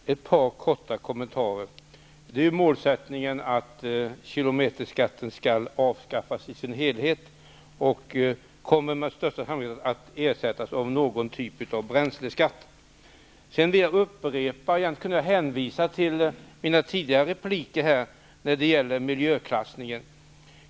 Herr talman! Ett par korta kommentarer. Målsättningen är ju att kilometerskatten skall avskaffas i sin helhet. Den kommer med största sannolikhet att ersättas av någon typ av bränsleskatt. Egentligen kan jag hänvisa till mina tidigare repliker om miljöklassningen.